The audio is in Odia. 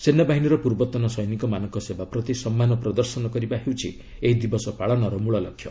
ସେନାବାହିନୀର ପୂର୍ବତନ ସୈନିକମାନଙ୍କ ସେବା ପ୍ରତି ସମ୍ମାନ ପ୍ରଦର୍ଶନ କରିବା ହେଉଛି ଏହି ଦିବସ ପାଳନର ମୂଳଲକ୍ଷ୍ୟ